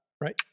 right